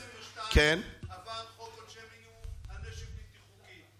בדצמבר 2022 עבר חוק עונשי מינימום על נשק בלתי חוקי.